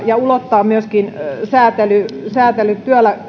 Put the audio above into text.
ja ulottaa myöskin säätely säätely